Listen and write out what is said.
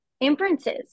inferences